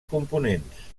components